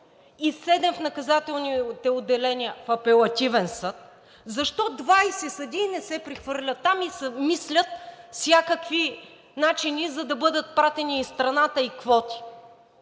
и седем в наказателните отделения в Апелативния съд, защо 20 съдии не се прехвърлят там и се мислят всякакви начини, за да бъдат пратени из страната, и квоти,